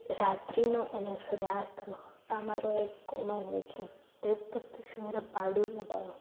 રાત્રીનો અને સૂર્યાસ્તનો આ મારો એક કોમન હોય છે તે જ તો તસવીરે પાડું ને પાડું